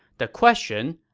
the question,